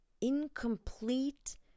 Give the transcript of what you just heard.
incomplete